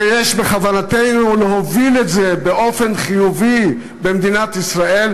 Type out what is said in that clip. ויש בכוונתנו להוביל את זה באופן חיובי במדינת ישראל,